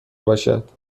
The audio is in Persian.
باشد